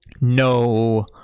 no